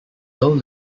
though